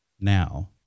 now